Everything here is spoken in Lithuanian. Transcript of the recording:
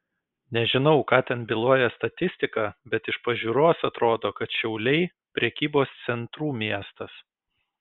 nežinau ką ten byloja statistika bet iš pažiūros atrodo kad šiauliai prekybos centrų miestas